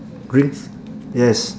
drinks yes